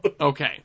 Okay